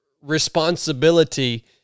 responsibility